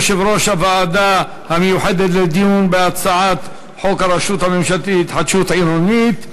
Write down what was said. יו"ר הוועדה המיוחדת לדיון בהצעת חוק הרשות הממשלתית להתחדשות עירונית.